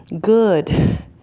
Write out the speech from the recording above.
Good